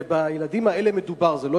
ובילדים האלה מדובר.